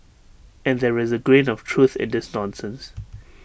and there is A grain of truth in this nonsense